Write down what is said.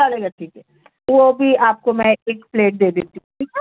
ٹھیک ہے وہ بھی آپ کو میں ایک پلیٹ دے دیتی ہوں ٹھیک ہے